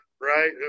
right